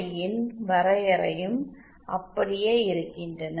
யின் வரையறையும் அப்படியே இருக்கின்றன